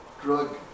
drug